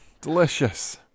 Delicious